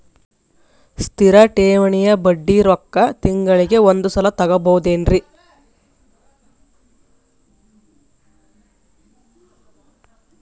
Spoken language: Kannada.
ಸ್ಥಿರ ಠೇವಣಿಯ ಬಡ್ಡಿ ರೊಕ್ಕ ತಿಂಗಳಿಗೆ ಒಂದು ಸಲ ತಗೊಬಹುದೆನ್ರಿ?